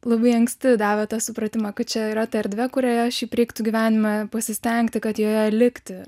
labai anksti davė tą supratimą kad čia yra ta erdvė kurioje šiaip reiktų gyvenime pasistengti kad joje likti